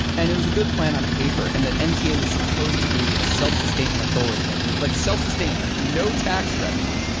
and it was a good plan on paper and the mta was supposed to be a self-sustaining authority, ah like self-sustaining, like no tax revenue.